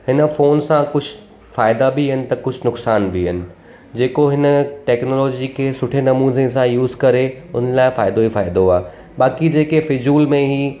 हिन फ़ोन सां कुझु फ़ाइदा बि आहिनि त कुझु नुक़सान बि आहिनि जेको हिन टैक्नॉलोजी खे सुठे नमूने सां यूज़ करे उन लाइ फ़ाइदो ई फ़ाइदो आहे बाक़ी जेके फिज़ूल में ई